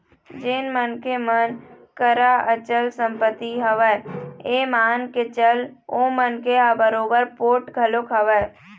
जेन मनखे मन करा अचल संपत्ति हवय ये मान के चल ओ मनखे ह बरोबर पोठ घलोक हवय